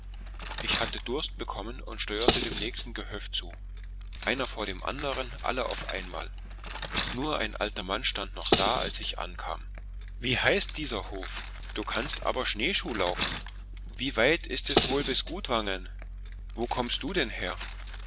ich hatte durst bekommen und steuerte dem nächsten gehöft zu und nun gab es wieder ein wettrennen in das haus hinein einer vor dem anderen alle auf einmal nur ein alter mann stand noch da als ich ankam wie heißt dieser hof du kannst aber schneeschuhlaufen wie weit ist es wohl bis gudvangen wo kommst du denn her